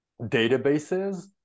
databases